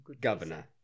Governor